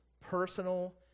personal